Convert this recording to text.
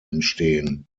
entstehen